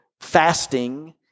fasting